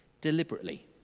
deliberately